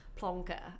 plonker